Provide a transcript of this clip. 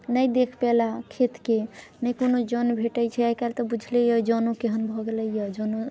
नहि देख पेलक खेतकेँ नहि कोनो जौन भेटै छै आइ काल्हि तऽ बुझले यऽ जोनो केहन भऽ गेलैये जोनो